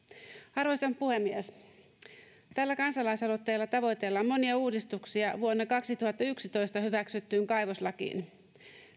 arvoisa puhemies tällä kansalaisaloitteella tavoitellaan monia uudistuksia vuonna kaksituhattayksitoista hyväksyttyyn kaivoslakiin